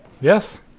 Yes